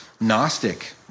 gnostic